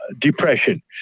depression